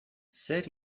zer